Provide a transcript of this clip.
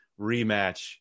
rematch